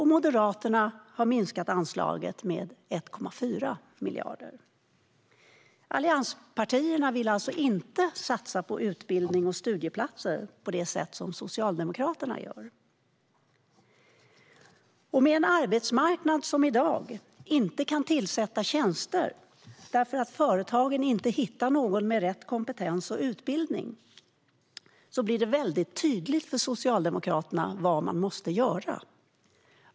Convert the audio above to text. Moderaterna har minskat anslaget med 1,4 miljarder. Allianspartierna vill alltså inte satsa på utbildning och studieplatser på det sätt som Socialdemokraterna gör. Med en arbetsmarknad som i dag inte kan tillsätta tjänster därför att företagen inte hittar någon med rätt utbildning och kompetens blir det väldigt tydligt för Socialdemokraterna vad som måste göras.